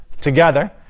together